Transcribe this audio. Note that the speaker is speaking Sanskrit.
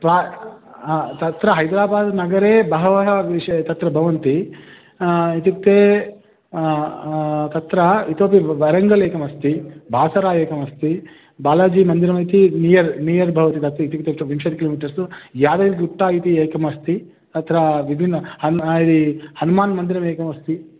त्वा तत्र हैद्राबादनगरे बहवः विषयाः तत्र भवन्ति इत्युक्ते तत्र इतोपि वरङ्गल् एकमस्ति बासरा एकमस्ति बालाजी मन्दिरमिति नियर् नियर् भवति तत् इत्युक्ते तु विंशति किलोमीटर्स् तु यादय्यर् गुप्ता इति एकमस्ति अत्र विभिन्न हन् इति हनुमान् मन्दिरमेकमस्ति